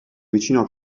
vicino